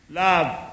love